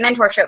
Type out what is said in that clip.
mentorship